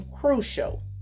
crucial